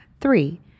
Three